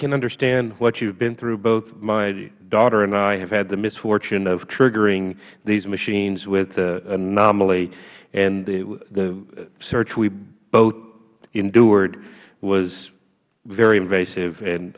can understand what you have been through both my daughter and i have had the misfortune of triggering these machines with anomaly and the search we both endured was very invasive and